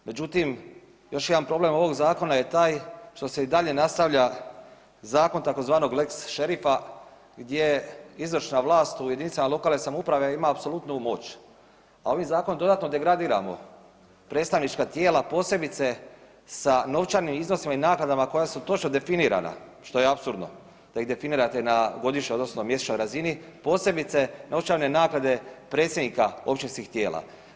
Međutim, još jedan problem ovog zakona je taj što se i dalje nastavlja zakon tzv. lex šerifa gdje izvršna vlast u JLS-ovima ima apsolutnu moć, a ovi zakon dodatno degradiramo predstavnička tijela, posebice sa novčanim iznosima i naknadama koja su točno definirana, što je apsurdno da ih definirate na godišnjoj odnosno mjesečnoj razini, posebice novčane naknade predsjednika općinskih tijela.